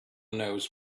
knows